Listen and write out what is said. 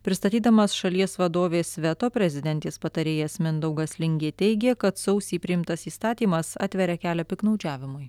pristatydamas šalies vadovės veto prezidentės patarėjas mindaugas lingė teigė kad sausį priimtas įstatymas atveria kelią piktnaudžiavimui